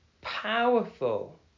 powerful